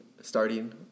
starting